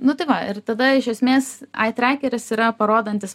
nu tai va ir tada iš esmės ai trekeris yra parodantis